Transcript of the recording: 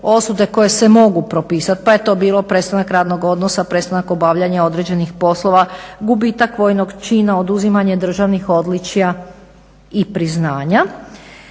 osude koje se mogu propisat pa je to bilo prestanak radnog odnosa, prestanak obavljanja određenih poslova, gubitak vojnog čina, oduzimanje državnih odličja i priznanja